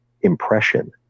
impression